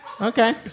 okay